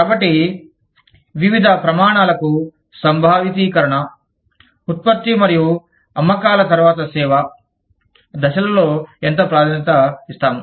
కాబట్టి వివిధ ప్రమాణాలకు సంభావితీకరణ ఉత్పత్తి మరియు అమ్మకాల తర్వాత సేవ దశలలో ఎంత ప్రాధాన్యత ఇస్తాము